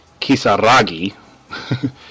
Kisaragi